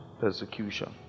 persecution